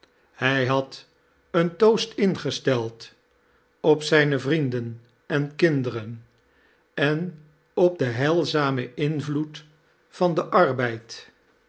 hij had een toost ingest em op zijne vrienden en kinderen en op den heilzamen iavloed van den arbeid